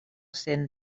cent